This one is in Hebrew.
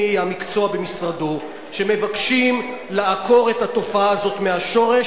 המקצוע במשרדו שמבקשים לעקור את התופעה הזאת מהשורש,